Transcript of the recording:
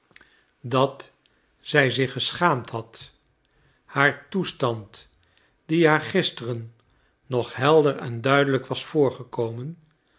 dat zij zich geschaamd had haar toestand die haar gisteren nog helder en duidelijk was voorgekomen